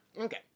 okay